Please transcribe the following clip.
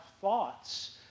thoughts